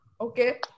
okay